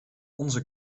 onze